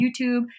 YouTube